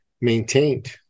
maintained